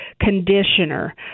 conditioner